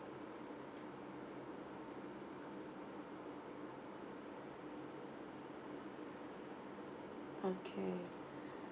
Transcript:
okay